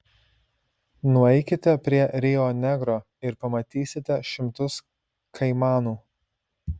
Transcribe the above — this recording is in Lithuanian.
nueikite prie rio negro ir pamatysite šimtus kaimanų